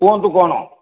କୁହନ୍ତୁ କ'ଣ